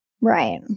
Right